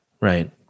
Right